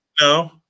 No